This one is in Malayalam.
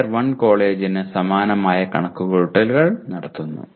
ടയർ 1 കോളേജിന് സമാന കണക്കുകൂട്ടലുകൾ നടത്തുന്നു